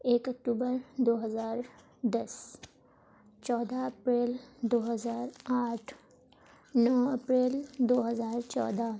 ایک اکٹوبر دو ہزار دس چودہ اپریل دو ہزار آٹھ نو اپریل دو ہزار چودہ